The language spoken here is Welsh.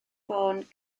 fôn